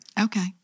Okay